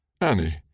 Annie